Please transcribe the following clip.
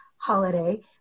holiday